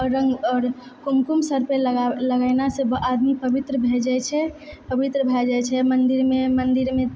आओर रङ्ग आओर कुमकुम सर पे लगैलासँ आदमी पवित्र भए जाइ छै पवित्र भए जाइ छै मन्दिरमे मन्दिरमे